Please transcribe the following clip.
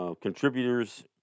Contributors